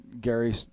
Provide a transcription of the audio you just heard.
Gary